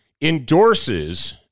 endorses